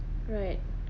right